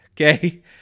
okay